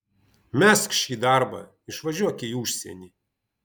mesk šį darbą išvažiuok į užsienį